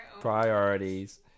Priorities